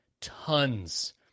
tons